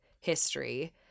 history